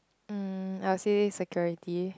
mm I will say security